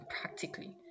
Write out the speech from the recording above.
practically